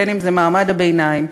בין שזה מעמד הביניים,